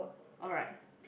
alright